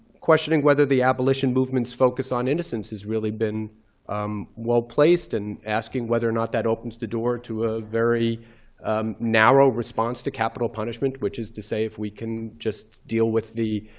questioning whether the abolition movement's focus on innocence has really been um well-placed, and asking whether or not that opens the door to a very narrow response to capital punishment, which is to say, if we can just deal with the